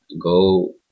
Go